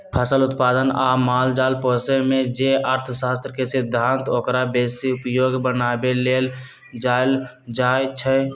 फसल उत्पादन आ माल जाल पोशेमे जे अर्थशास्त्र के सिद्धांत ओकरा बेशी उपयोगी बनाबे लेल लगाएल जाइ छइ